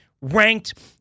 ranked